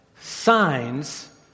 signs